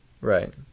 Right